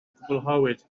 gwblhawyd